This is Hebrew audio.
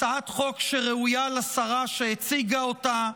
הצעת חוק שראויה לשרה שהציגה אותה.